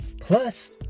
plus